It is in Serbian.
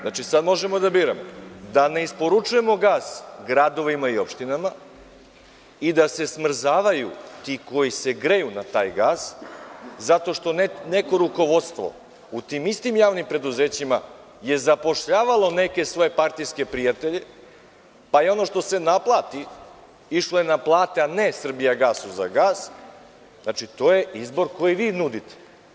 Znači, sada možemo da biramo, da ne isporučujemo gas gradovima i opštinama i da se smrzavaju ti koji se greju na taj gas zato što neko rukovodstvo u tim istim javnim preduzećima je zapošljavalo neke svoje partijske prijatelje, pa i ono što se naplati išlo je na plate, a ne „Srbijagasu“ za gas, znači, to je izbor koji vi nudite.